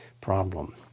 problem